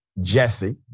Jesse